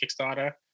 Kickstarter